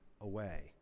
away